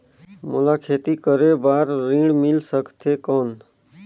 मोला खेती करे बार ऋण मिल सकथे कौन?